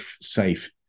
safe